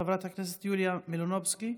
חברת הכנסת יוליה מלינובסקי,